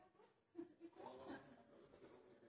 og i Austevoll